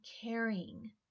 caring